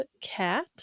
cat